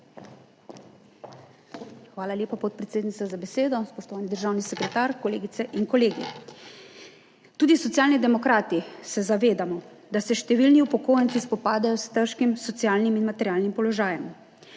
Hvala lepa, podpredsednica, za besedo. Spoštovani državni sekretar, kolegice in kolegi! Tudi Socialni demokrati se zavedamo, da se številni upokojenci spopadajo s težkim socialnim in materialnim položajem.